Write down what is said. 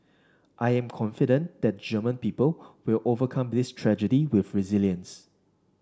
I am confident that the German people will overcome this tragedy with resilience